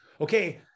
Okay